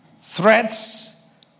threats